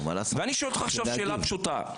אני שואל אותך שאלה פשוטה,